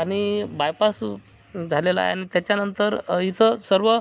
आणि बायपास झालेला आहे आणि त्याच्यानंतर इथं सर्व